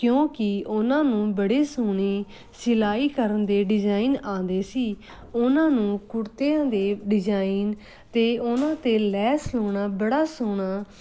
ਕਿਉਂਕਿ ਉਹਨਾਂ ਨੂੰ ਬੜੇ ਸੋਹਣੇ ਸਿਲਾਈ ਕਰਨ ਦੇ ਡਿਜ਼ਾਇਨ ਆਉਂਦੇ ਸੀ ਉਹਨਾਂ ਨੂੰ ਕੁੜਤਿਆਂ ਦੇ ਡਿਜ਼ਾਇਨ ਅਤੇ ਉਹਨਾਂ 'ਤੇ ਲੈਸ ਲਾਉਣਾ ਬੜਾ ਸੋਹਣਾ